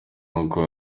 nkuko